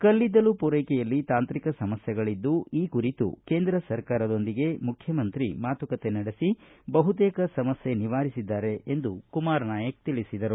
ಕಲ್ಲಿದ್ದಲು ಪೂರೈಕೆಯಲ್ಲಿ ತಾಂತ್ರಿಕ ಸಮಸ್ಥೆಗಳಿದ್ದು ಈ ಕುರಿತು ಕೇಂದ್ರ ಸರ್ಕಾರದೊಂದಿಗೆ ಮುಖ್ಯಮಂತ್ರಿ ಮಾತುಕತೆ ನಡೆಸಿ ಬಹುತೇಕ ಸಮಸ್ಥೆ ನಿವಾರಿಸಿದ್ದಾರೆ ಎಂದು ಕುಮಾರ ನಾಯಕ್ ತಿಳಿಸಿದರು